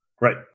right